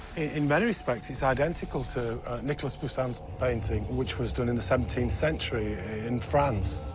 in many respects, it's identical to nicolas poussin's painting, which was done in the seventeenth century in france.